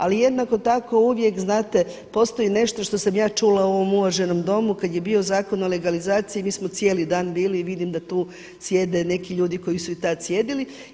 Ali jednako tako uvijek znate postoji nešto što sam ja čula u ovom uvaženom Domu kada je bio Zakon o legalizaciji mi smo cijeli dan bili i vidim da tu sjede neki ljudi koji su i tada sjedili.